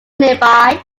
nearby